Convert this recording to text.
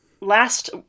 Last